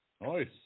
Nice